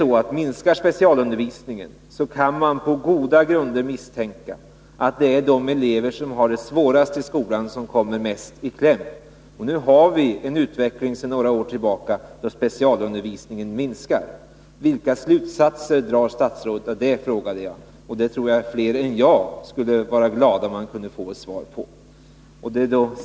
Om specialundervisningen minskar, kan man på goda grunder misstänka att det är de elever som har det svårast i skolan som kommer mest i kläm. Utvecklingen de senaste åren har också varit den att specialundervisningen minskat. Vilka slutsatser drar statsrådet av det, frågade jag. Jag tror att fler än jag skulle vara glada över att få ett svar på den frågan.